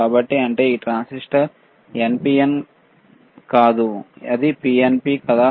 కాబట్టి అంటే ఈ ట్రాన్సిస్టర్ ఎన్పిఎన్ కాదని ఇది పిఎన్పి కాదా